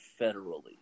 federally